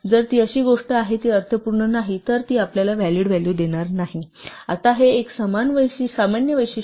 जर ती अशी गोष्ट आहे जी अर्थपूर्ण नाही तर ती आपल्याला व्हॅलिड व्हॅलू देणार नाही आता हे एक सामान्य वैशिष्ट्य आहे